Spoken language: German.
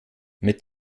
mit